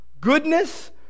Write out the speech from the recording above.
goodness